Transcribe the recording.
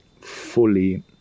fully